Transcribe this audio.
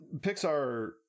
Pixar